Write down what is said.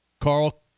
Carl